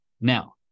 now